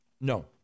No